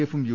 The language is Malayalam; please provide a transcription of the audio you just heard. എഫും യു